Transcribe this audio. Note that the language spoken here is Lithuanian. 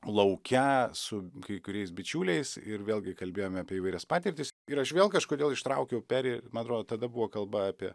lauke su kai kuriais bičiuliais ir vėlgi kalbėjome apie įvairias patirtis ir aš vėl kažkodėl ištraukiau perį man atrodo tada buvo kalba apie